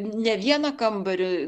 ne vieną kambarį